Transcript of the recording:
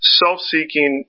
self-seeking